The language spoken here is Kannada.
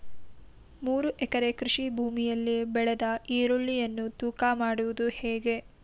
ಮೂರು ಎಕರೆ ಕೃಷಿ ಭೂಮಿಯಲ್ಲಿ ಬೆಳೆದ ಈರುಳ್ಳಿಯನ್ನು ತೂಕ ಮಾಡುವುದು ಹೇಗೆ?